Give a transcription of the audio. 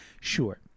sure